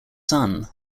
son